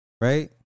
right